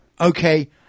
okay